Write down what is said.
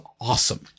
awesome